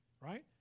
right